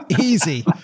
easy